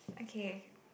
okay